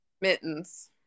Mittens